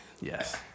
Yes